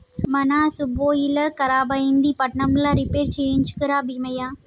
మన సబ్సోయిలర్ ఖరాబైంది పట్నంల రిపేర్ చేయించుక రా బీమయ్య